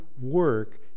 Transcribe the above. work